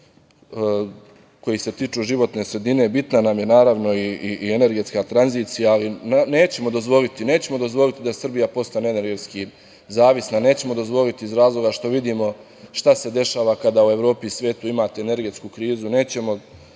koji se tiču životne sredine. Bitna nam je, naravno, i energetska tranzicija, ali nećemo dozvoliti da Srbija postane energetski zavisna, nećemo dozvoliti iz razloga što vidimo šta se dešava kada u Evropi i svetu imate energetsku krizu, nećemo dozvoliti